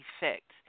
Effect